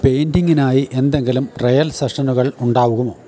പെയിന്റിങ്ങിനായി എന്തെങ്കിലും ട്രയൽ സെഷനുകൾ ഉണ്ടാകുമോ